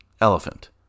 Elephant